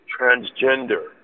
transgender